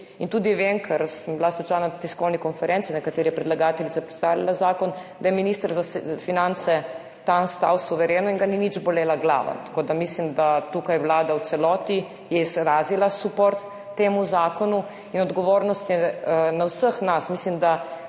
In tudi vem, ker sem bila slučajno na tiskovni konferenci, na kateri je predlagateljica predstavljala zakon, da je minister za finance tam stal suvereno in ga ni nič bolela glava. Tako da mislim, da je tukaj vlada v celoti izrazila suport temu zakonu in odgovornost je na vseh nas.